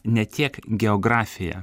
ne tiek geografija